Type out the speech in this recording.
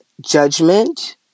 judgment